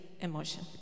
emotion